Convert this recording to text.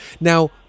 now